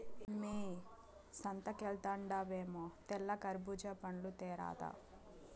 మ్మే సంతకెల్తండావేమో తెల్ల కర్బూజా పండ్లు తేరాదా